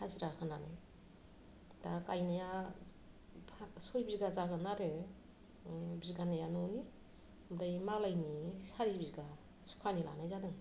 हाजिरा होनानै दा गायनाया सय बिघा जागोन आरो बिघानैया न'नि ओमफ्राय मालायनि सारि बिघा सुखानि लानाय जादों